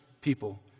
people